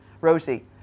Rosie